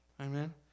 Amen